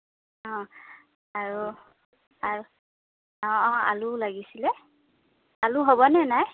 অঁ আৰু অঁ আলুও লাগিছিলে আলু হ'বনে নাই